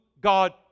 God